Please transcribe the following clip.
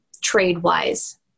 trade-wise